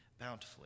bountifully